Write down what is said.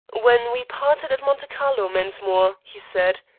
when we parted at monte carlo, mensmore, he said,